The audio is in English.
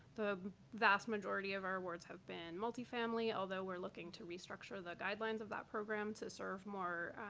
the vast majority of our awards have been multifamily, although we're looking to restructure the guidelines of that program to serve more